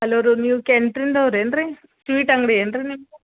hello ರೀ ನೀವು ಕ್ಯಾಂಟೀನ್ದವ್ರು ಏನು ರೀ ಸ್ವೀಟ್ ಅಂಗಡಿ ಏನು ರೀ ನಿಮ್ದು